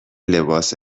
لباس